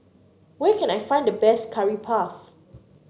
where can I find the best Curry Puff